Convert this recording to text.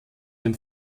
dem